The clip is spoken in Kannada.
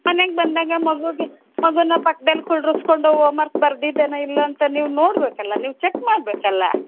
ಮನೆಗೆ ಬಂದಾಗ ಮಗೂಗೆ ಮಗೂನಾ ಪಕ್ದಲ್ಲಿ ಕೂರಿಸ್ಕೊಂಡು ಹೋಮ್ವರ್ಕ್ ಬರ್ದಿದ್ದಾನ ಇಲ್ವ ಅಂತ ನೀವು ನೋಡಬೇಕಲ್ಲ ನೀವು ಚೆಕ್ ಮಾಡಬೇಕಲ್ಲ